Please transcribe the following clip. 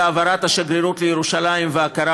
על העברת השגרירות לירושלים וההכרה